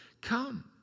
come